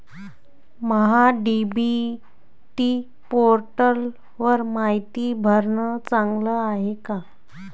महा DBT पोर्टलवर मायती भरनं चांगलं हाये का?